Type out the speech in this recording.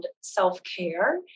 self-care